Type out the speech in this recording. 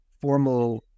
formal